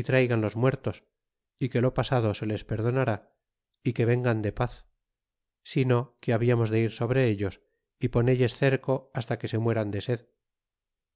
é traigan los muertos é que lo pasado se les perdonar y que vengan de paz sino que hablamos de ir sobre ellos y ponelles cerco hasta que se mueran de sed